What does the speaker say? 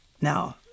now